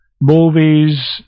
movies